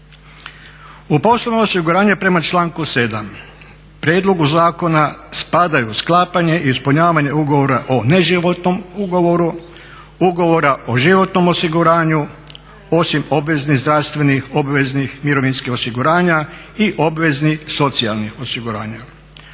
U poslovima osiguranja prema članku 7. prijedlogu zakona spadaju sklapanje i ispunjavanje ugovora o neživotnom ugovoru, ugovora o životnom osiguranju, osim obveznih zdravstvenih, obveznih mirovinskih osiguranja i obveznih socijalnih osiguranja.